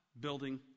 building